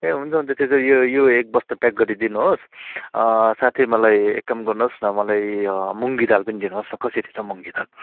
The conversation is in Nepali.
ए हुन्छ हुन्छ त्यसो यो यो एक बस्ता प्याक गरिदिनु होस् साथै मलाई एक काम गर्नु होस् न मलाई मुगी दाल पनि दिनु होस् न कसरी छ मुगी दाल